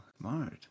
smart